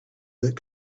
that